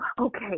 Okay